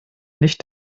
nicht